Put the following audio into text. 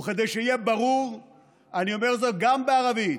וכדי שיהיה ברור אני אומר זאת גם בערבית: